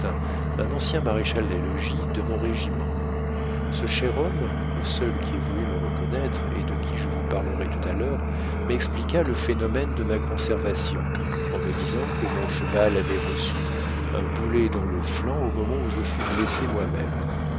un ancien maréchal-des-logis de mon régiment ce cher homme le seul qui ait voulu me reconnaître et de qui je vous parlerai tout à l'heure m'expliqua le phénomène de ma conservation en me disant que mon cheval avait reçu un boulet dans le flanc au moment où je fus blessé moi-même